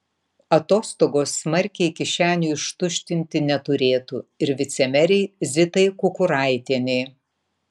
atostogos smarkiai kišenių ištuštinti neturėtų ir vicemerei zitai kukuraitienei